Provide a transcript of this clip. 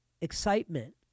excitement